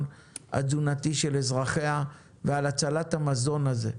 התזונתי של אזרחיה ועל הצלת המזון הזה,